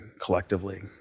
collectively